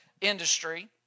industry